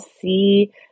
see